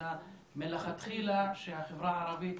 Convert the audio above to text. אלא מלכתחילה שהחברה הערבית